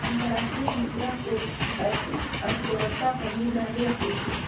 अंतर्राष्ट्रीय मुद्रा कोष वैश्विक अर्थव्यवस्था पर निगरानी रखइ छइ